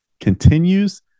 Continues